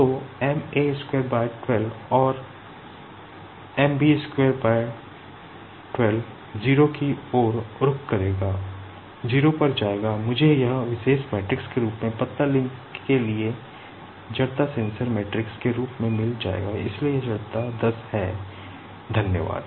तो और 0 की ओर रुख करेगा 0 पर जाएगा और मुझे यह विशेष मैट्रिक्स के रूप में एक पतला लिंक के लिए एक जड़ता टेंसर मैट्रिक्स के रूप में मिल जाएगा इसलिए यह जड़ता दस है धन्यवाद